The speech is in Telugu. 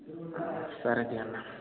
సరే అన్న